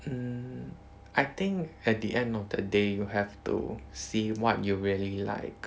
mm I think at the end of the day you have to see what you really like